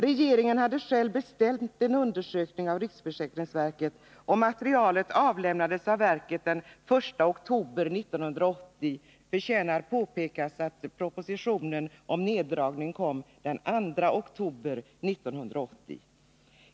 Regeringen hade själv beställt en undersökning av riksförsäkringsverket, och materialet avlämnades av verket den 1 oktober 1980. Det förtjänar påpekas att propositionen om neddragning kom den 2 oktober 1980.